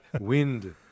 wind